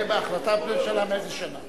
זה בהחלטת ממשלה מאיזה שנה?